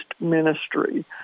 ministry